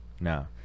No